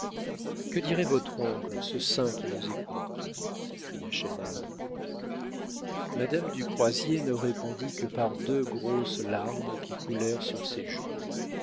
que dirait votre oncle ce saint qui nous écoute s'écria chesnel madame du croisier ne répondit que par de grosses larmes qui coulèrent sur ses joues